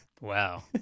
Wow